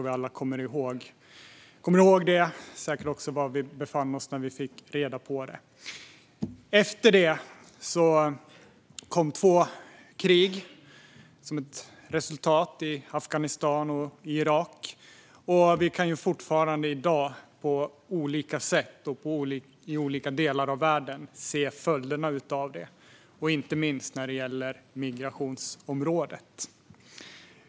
Vi kommer nog alla ihåg det och var vi befann oss när vi fick reda på det. Efter det kom krigen i Afghanistan och Irak, och vi kan fortfarande i dag se följderna av det på olika håll i världen, inte minst på migrationsområdet.